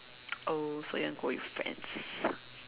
oh so you want to go with friends